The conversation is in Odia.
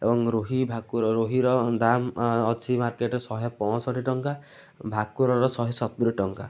ଏବଂ ରୋହି ଭାକୁର ରୋହିର ଦାମ୍ ଅଛି ମାର୍କେଟରେ ଶହେ ପଞ୍ଚଷଠି ଟଙ୍କା ଭାକୁରର ଶହେ ସତୁରି ଟଙ୍କା